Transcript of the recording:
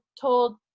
told